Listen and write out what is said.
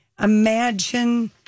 imagine